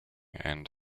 and